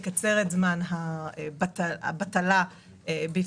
יקצר את זמן הבטלה בפקקים,